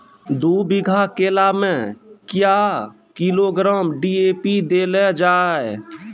दू बीघा केला मैं क्या किलोग्राम डी.ए.पी देले जाय?